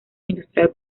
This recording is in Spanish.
industrial